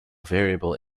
variable